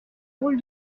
rôle